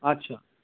আচ্ছা